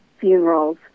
funerals